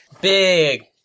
Big